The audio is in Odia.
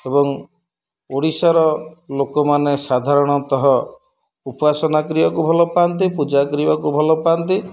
ଏବଂ ଓଡ଼ିଶାର ଲୋକମାନେ ସାଧାରଣତଃ ଉପାସନା କରିବାକୁ ଭଲ ପାଆନ୍ତି ପୂଜା କରିବାକୁ ଭଲ ପାଆନ୍ତି